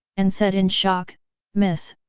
and said in shock miss,